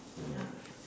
ya